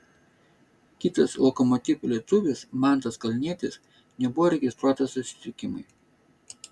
kitas lokomotiv lietuvis mantas kalnietis nebuvo registruotas susitikimui